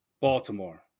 Baltimore